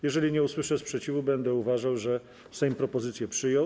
Jeżeli nie usłyszę sprzeciwu, będę uważał, że Sejm propozycję przyjął.